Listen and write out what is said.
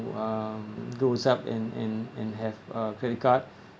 um grows up and and and have a credit card